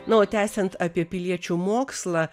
na o tęsiant apie piliečių mokslą